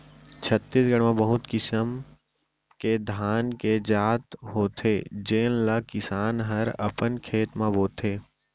छत्तीसगढ़ म बहुत किसिम के धान के जात होथे जेन ल किसान हर अपन खेत म बोथे